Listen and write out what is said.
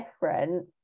different